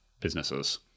businesses